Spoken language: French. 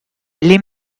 les